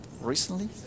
Recently